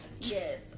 yes